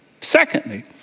Secondly